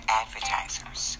advertisers